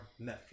Netflix